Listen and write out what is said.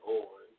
on